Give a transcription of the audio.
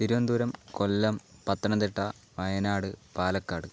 Thiruvananthapuram Kollam Pathanamthitta Wayanad Palakkad